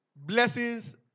blessings